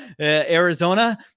Arizona